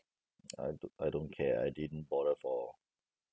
I d~ I don't care I didn't bother for